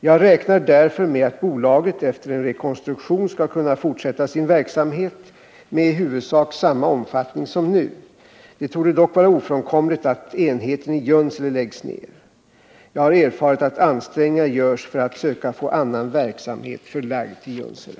Jag räknar därför med att bolaget efter en rekonstruktion skall kunna fortsätta sin verksamhet med i huvudsak samma omfattning som nu. Det torde dock vara ofrånkomligt att enheten i Junsele läggs ned. Jag har erfarit att ansträngningar görs för att söka få annan verksamhet förlagd till Junsele.